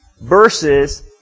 versus